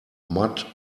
mud